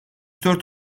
dört